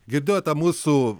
girdėjote mūsų